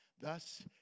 Thus